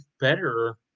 better